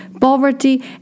poverty